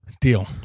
Deal